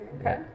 okay